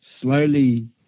slowly